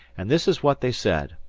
and this is what they said